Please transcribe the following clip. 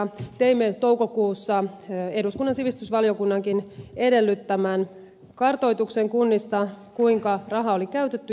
teimme toukokuussa eduskunnan sivistysvaliokunnankin edellyttämän kartoituksen kunnista kuinka raha oli käytetty